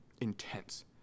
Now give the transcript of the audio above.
intense